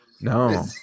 No